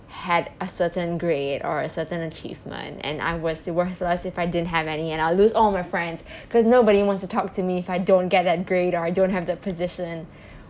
had a certain grade or a certain achievement and I was worthless if I didn't have any and I'll lose all my friends because nobody wants to talk to me if I don't get that grade or I don't have that position